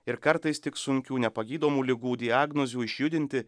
ir kartais tik sunkių nepagydomų ligų diagnozių išjudinti